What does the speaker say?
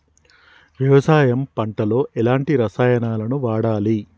వ్యవసాయం పంట లో ఎలాంటి రసాయనాలను వాడాలి?